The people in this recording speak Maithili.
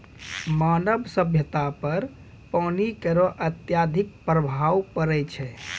मानव सभ्यता पर पानी केरो अत्यधिक प्रभाव पड़ै छै